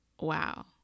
wow